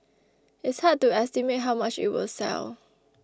it's hard to estimate how much it will sell